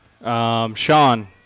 Sean